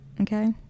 okay